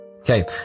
Okay